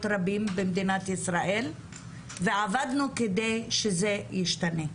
רבים במדינת ישראל ועבדנו כדי שזה ישתנה.